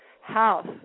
house